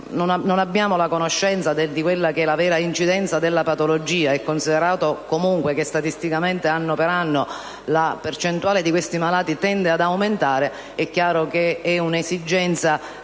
infatti la conoscenza della vera incidenza della patologia, ma considerato comunque che statisticamente, anno per anno, la percentuale di questi malati tende ad aumentare, è chiaro che è una esigenza